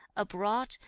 abroad,